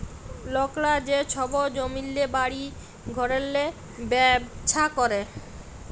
লকরা যে ছব জমিল্লে, বাড়ি ঘরেল্লে ব্যবছা ক্যরে